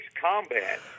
combat